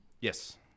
Yes